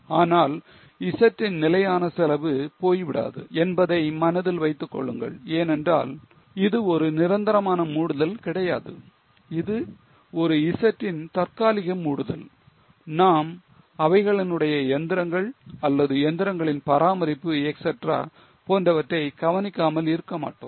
ஆனால் Z ன் நிலையான செலவு போய் விடாது என்பதை மனதில் வைத்துக்கொள்ளுங்கள் ஏனென்றால் இது ஒரு நிரந்தரமான மூடுதல் கிடையாது இது ஒரு Z ன் தற்காலிக மூடுதல் நாம் அவைகளினுடைய இயந்திரங்கள் அல்லது இயந்திரங்களின் பராமரிப்பு etcetera போன்றவற்றை கவனிக்காமல் இருக்கமாட்டோம்